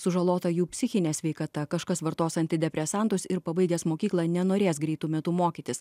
sužalota jų psichinė sveikata kažkas vartos antidepresantus ir pabaigęs mokyklą nenorės greitu metu mokytis